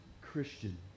Christian